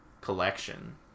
collection